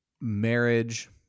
marriage